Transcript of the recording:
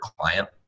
client